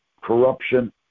corruption